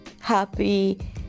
happy